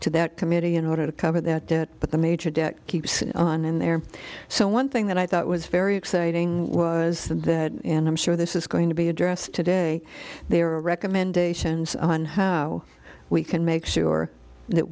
to that committee in order to cover that debt but the major debt keeps on in there so one thing that i thought was very exciting was that and i'm sure this is going to be addressed today there are recommendations on how we can make sure that